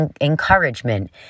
encouragement